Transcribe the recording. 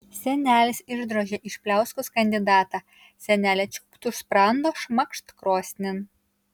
senelis išdrožė iš pliauskos kandidatą senelė čiūpt už sprando šmakšt krosnin